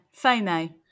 FOMO